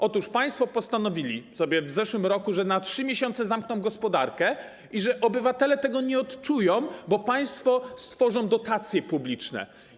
Otóż państwo postanowili w zeszłym roku, że na 3 miesiące zamkną gospodarkę, a obywatele tego nie odczują, bo państwo stworzą dotacje publiczne.